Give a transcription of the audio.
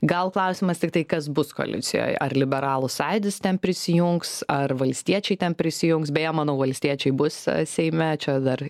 gal klausimas tiktai kas bus koalicijoje ar liberalų sąjūdis ten prisijungs ar valstiečiai ten prisijungs beje manau valstiečiai bus seime čia dar